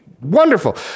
wonderful